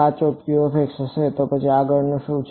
સાચો હશે તો પછી આગળ શું છે